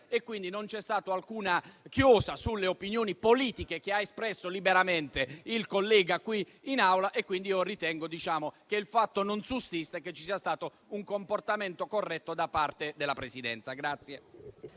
oltre. Non c'è stata alcuna chiosa sulle opinioni politiche che ha espresso liberamente il collega qui in Aula. Io ritengo che il fatto non sussista e che ci sia stato un comportamento corretto da parte della Presidenza.